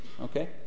Okay